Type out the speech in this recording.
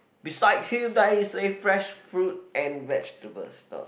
beside him there is a fresh fruit and vegetables stall